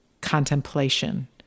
contemplation